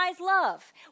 love